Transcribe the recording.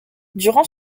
durant